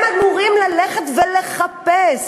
הם אמורים ללכת ולחפש